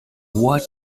what